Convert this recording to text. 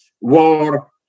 war